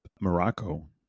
Morocco